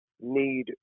need